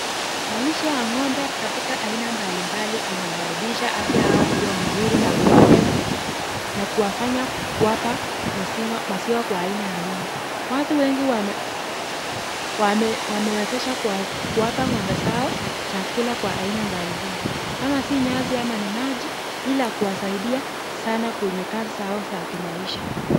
Malisho ya ng'ombe katika aina mbali mbali zinawasababisha afya yao kuwa mzuri na kuwafanya kuwapa maziwa kwa aina ya wingi. Watu wengi wamewezesha kuwapa ng'ombe zao chakula kwa aina mbali mbali kama si nyasi ama ni maji ila kuwasaidia sana kwenye kazi zao za kimaisha.